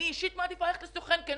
אני אישית מעדיפה ללכת לסוכן כי אני